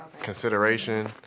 Consideration